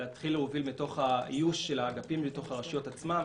להתחיל להוביל מתוך האיוש של האגפים בתוך הרשויות עצמן.